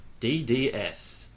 DDS